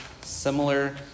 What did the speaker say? similar